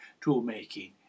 tool-making